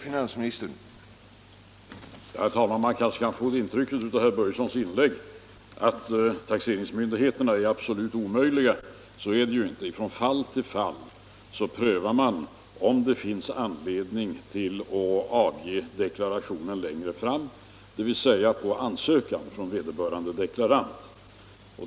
Herr talman! Man kanske kan få det intrycket av herr Börjessons i Falköping inlägg att taxeringsmyndigheterna är absolut omöjliga. Så är det ju inte. Från fall till fall prövar taxeringsmyndigheterna om det finns anledning att låta deklaranten avge deklarationen längre fram, dvs. på ansökan från vederbörande deklarant.